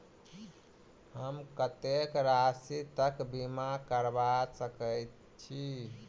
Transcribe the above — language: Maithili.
हम कत्तेक राशि तकक बीमा करबा सकै छी?